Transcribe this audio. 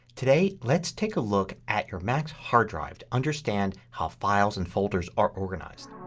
today let's take a look at your mac's hard drive to understand how files and folders are organized.